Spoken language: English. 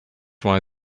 why